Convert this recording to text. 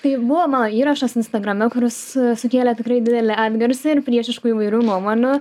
tai buvo mano įrašas instagrame kuris sukėlė tikrai didelį atgarsį ir priešiškų įvairių nuomonių